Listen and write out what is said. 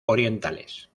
orientales